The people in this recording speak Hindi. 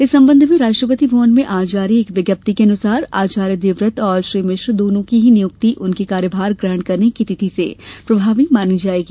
इस संबंध में राष्ट्रपति भवन से आज जारी एक विज्ञप्ति के अनुसार आचार्य देवव्रत और श्री मिश्र दोनो की ही नियुक्ति उनके कार्य भार ग्रहण करने की तिथि से प्रभावी मानी जायेगी